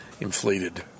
inflated